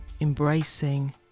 embracing